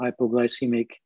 hypoglycemic